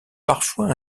parfois